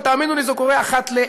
ותאמינו לי, זה קורה אחת ל-.